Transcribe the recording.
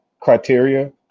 criteria